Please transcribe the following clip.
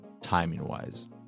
timing-wise